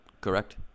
correct